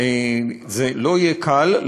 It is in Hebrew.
זה לא יהיה קל,